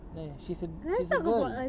meh she's a she's a girl